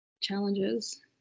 challenges